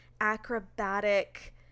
acrobatic